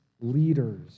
leaders